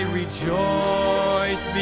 rejoice